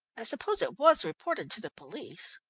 i suppose it was reported to the police?